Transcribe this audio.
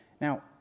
Now